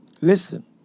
Listen